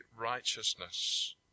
Righteousness